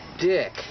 dick